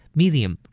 medium